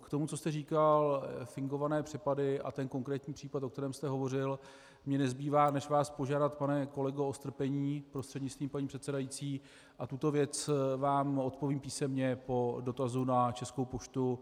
K tomu, co jste říkal, fingované přepady a ten konkrétní případ, o kterém jste hovořil, mně nezbývá, než vás požádat, pane kolego, o strpení, prostřednictvím paní předsedající, a tuto věc vám odpovím písemně po dotazu na Českou poštu.